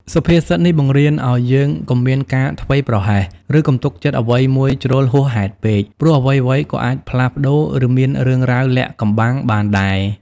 សុភាសិតនេះបង្រៀនឱ្យយើងកុំមានការធ្វេសប្រហែស ឬទុកចិត្តអ្វីមួយជ្រុលហួសហេតុពេក ព្រោះអ្វីៗក៏អាចផ្លាស់ប្ដូរ ឬមានរឿងរ៉ាវលាក់កំបាំងបានដែរ។